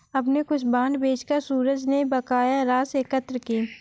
अपने कुछ बांड बेचकर सूरज ने बकाया राशि एकत्र की